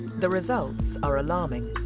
the results are alarming.